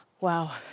wow